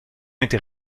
était